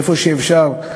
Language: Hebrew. איפה שאפשר,